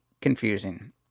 confusing